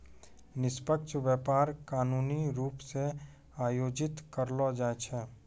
निष्पक्ष व्यापार कानूनी रूप से आयोजित करलो जाय छै